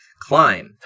climb